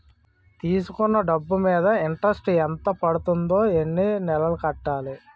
తీసుకున్న డబ్బు మీద ఇంట్రెస్ట్ ఎంత పడుతుంది? ఎన్ని నెలలో కట్టాలి?